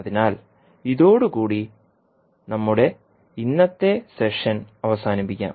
അതിനാൽ ഇതോടുകൂടി നമ്മുടെ ഇന്നത്തെ സെഷൻ അവസാനിപ്പിക്കാം